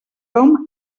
hom